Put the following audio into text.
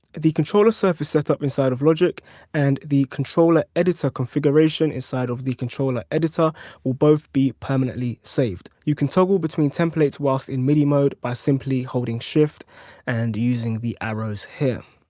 the control surface setup inside of logic and the controller editor configuration inside of the controller editor will both be permanently saved. you can toggle between templates whilst in midi mode by simply holding shift and using the arrows here.